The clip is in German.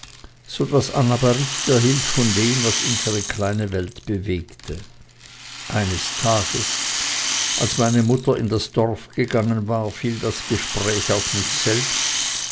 so daß anna bericht erhielt von dem was unsere kleine welt bewegte eines tages als meine mutter in das dorf gegangen war fiel das gespräch auf mich selbst